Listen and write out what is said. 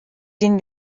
den